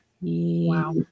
Wow